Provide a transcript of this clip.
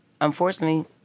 unfortunately